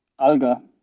Alga